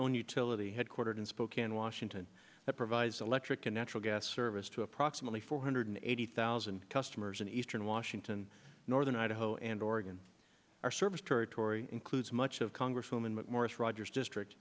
owned utility headquartered in spokane washington that provides electric and natural gas service to approximately four hundred eighty thousand customers in eastern washington northern idaho and oregon our service territory includes much of congresswoman mcmorris rodgers district